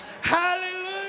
hallelujah